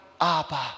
Abba